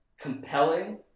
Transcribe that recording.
compelling